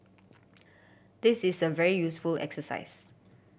this is a very useful exercise